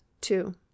two